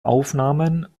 aufnahmen